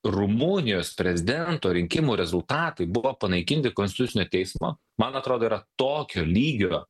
rumunijos prezidento rinkimų rezultatai buvo panaikinti konstitucinio teismo man atrodo yra tokio lygio